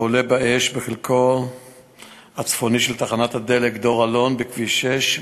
העולה באש בחלקה הצפוני של תחנת הדלק "דור אלון" בכביש 6,